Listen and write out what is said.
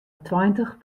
tweintich